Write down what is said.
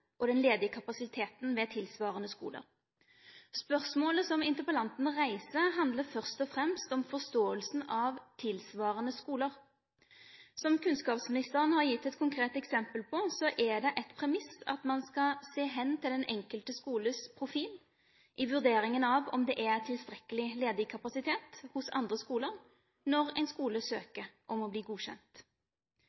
og den ledige kapasiteten ved tilsvarende skoler. Spørsmålet som interpellanten reiser, handler først og fremst om forståelsen av «tilsvarende skoler». Som kunnskapsministeren har gitt et konkret eksempel på, er det et premiss at man skal se hen til den enkelte skoles profil i vurderingen av om det er tilstrekkelig ledig kapasitet hos andre skoler når en skole